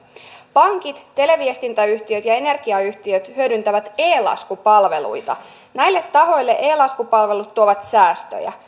pankit televiestintäyhtiöt ja ja energiayhtiöt hyödyntävät e laskupalveluita ja näille tahoille e laskupalvelut tuovat säästöjä